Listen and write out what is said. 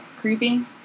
creepy